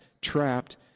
trapped